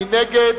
מי נגד?